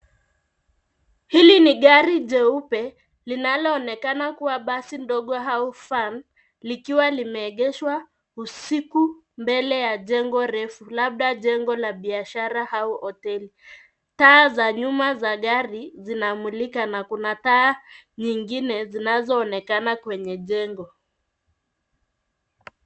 Hili ni gari jeupe linaloonekana kuwa basi ndogo au van, likiwa limeegeshwa usiku mbele ya jengo refu, labda jengo la biashara au hoteli. Taa za nyuma za gari zinamulika na kuna taa nyingine zinazoonekana kwenye jengo.